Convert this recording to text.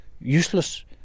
useless